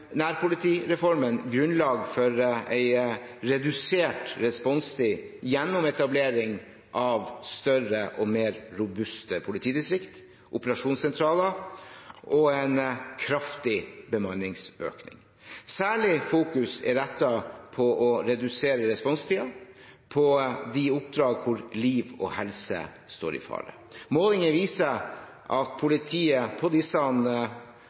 nærpolitireformen grunnlag for en redusert responstid gjennom etablering av større og mer robuste politidistrikt, operasjonssentraler og en kraftig bemanningsøkning. Særlig fokuseres det på å redusere responstiden på de oppdrag der liv og helse står i fare. Målinger viser at politiet på disse